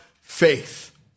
faith